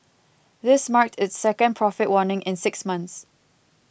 this marked its second profit warning in six months